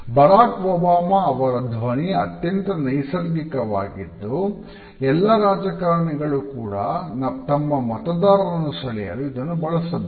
ಬರಾಕ್ Obama ಅವರ ಧ್ವನಿ ಅತ್ಯಂತ ನೈಸರಿಕವಾಗಿದ್ದು ಎಲ್ಲ ರಾಜಕಾರಣಿಗಳು ಕೂಡ ತಮ್ಮ ಮತದಾರರನ್ನು ಸೆಳೆಯಲು ಇದನ್ನು ಬಳಸಬೇಕು